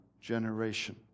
generation